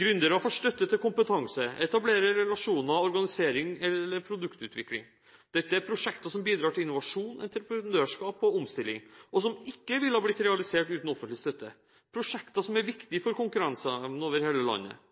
Gründere får støtte til kompetanse, etablering av relasjoner, organisering eller produktutvikling. Dette er prosjekter som bidrar til innovasjon, entreprenørskap og omstilling og som ikke ville blitt realisert uten offentlig støtte. Det er prosjekter som er viktige for konkurranseevnen over hele landet.